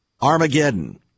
Armageddon